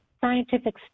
scientific